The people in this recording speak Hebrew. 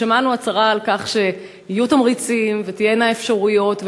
שמענו הצהרה על כך שיהיו תמריצים ותהיינה אפשרויות.